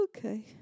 Okay